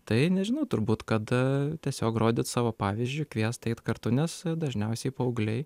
tai nežinau turbūt kad tiesiog rodyt savo pavyzdžiui kviest eit kartu nes dažniausiai paaugliai